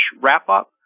wrap-up